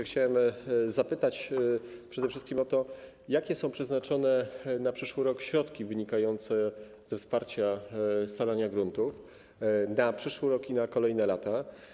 Chciałem zapytać przede wszystkim o to, jakie są przeznaczone na przyszły rok środki wynikające ze wsparcia scalania gruntów na przyszły rok i na kolejne lata.